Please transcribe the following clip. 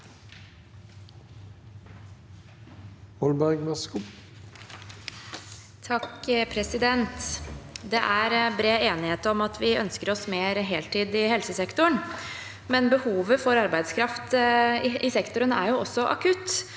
Det er bred enighet om at vi ønsker oss mer heltid i helsesektoren, men behovet for arbeidskraft i sektoren er akutt,